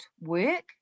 work